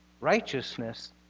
righteousness